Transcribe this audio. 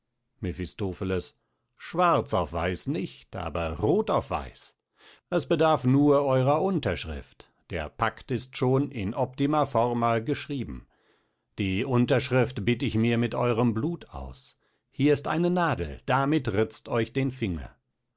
mephistopehles schwarz auf weiß nicht aber roth auf weiß es bedarf nur eurer unterschrift der pact ist schon in optima forma geschrieben die unterschrift bitt ich mir mit euerm blut aus hier ist eine nadel damit ritzt euch den finger